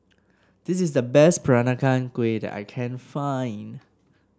this is the best Peranakan Kueh that I can find